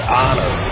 honor